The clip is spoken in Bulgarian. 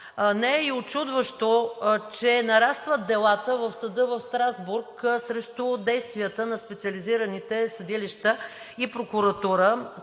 не е и учудващо, че нарастват делата в Съда в Страсбург срещу действията на специализираните съдилища и прокуратура